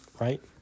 right